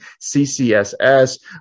CCSS